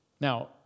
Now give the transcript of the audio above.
Now